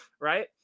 right